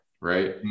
right